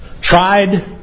tried